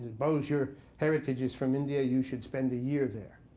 bose, your heritage is from india. you should spend a year there.